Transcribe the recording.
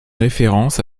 références